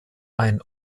ein